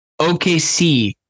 OKC